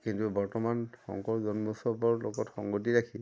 কিন্তু বৰ্তমান শংকৰ জন্মোৎসৱৰ লগত সংগতি ৰাখি